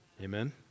amen